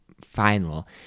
final